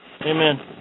Amen